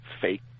fake